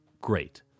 Great